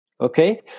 okay